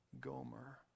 Gomer